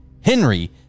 Henry